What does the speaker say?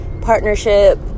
partnership